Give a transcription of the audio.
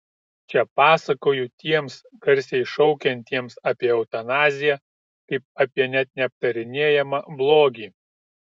čia pasakoju tiems garsiai šaukiantiems apie eutanaziją kaip apie net neaptarinėjamą blogį